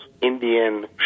Indian